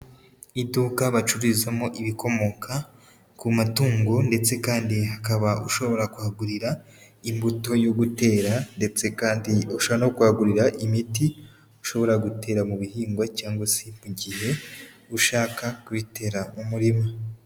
Iduka bacururizamo ibikomoka ku matungo ndetse kandi hakaba ushobora kuhagurira imbuto yo gutera ndetse kandi ushobora no kuhagurira imiti ushobora gutera mu bihingwa cyangwa se igihe ushaka kubitera mu murima.